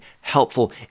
helpful